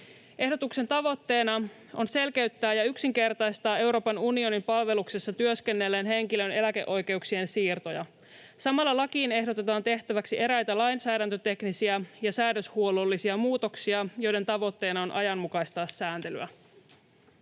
Ehdotuksen tavoitteena on selkeyttää ja yksinkertaistaa Euroopan unionin palveluksessa työskennelleen henkilön eläkeoikeuksien siirtoja. Samalla lakiin ehdotetaan tehtäväksi eräitä lainsäädäntöteknisiä ja säädöshuollollisia muutoksia, joiden tavoitteena on ajanmukaistaa sääntelyä.